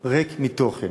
ריק מתוכן,